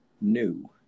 New